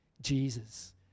Jesus